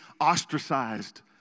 ostracized